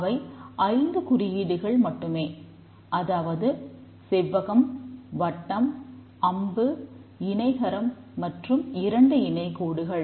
அவை ஐந்து குறியீடுகள் மட்டுமே அதாவது செவ்வகம் வட்டம் அம்பு இணைகரம் மற்றும் இரண்டு இணைகோடுகள்